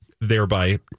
thereby